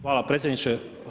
Hvala predsjedniče.